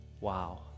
wow